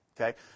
okay